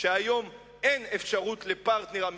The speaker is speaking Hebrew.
שהיום אין אפשרות לפרטנר אמיתי,